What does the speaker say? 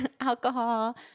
alcohol